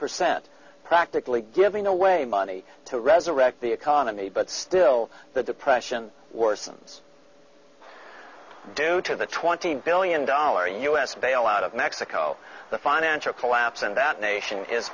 percent practically giving away money to resurrect the economy but still the depression worsens due to the twenty billion dollar us bailout of mexico the financial collapse in that nation is